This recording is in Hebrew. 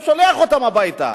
הוא שולח אותם הביתה.